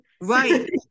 Right